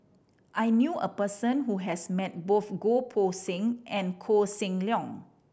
I knew a person who has met both Goh Poh Seng and Koh Seng Leong